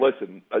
listen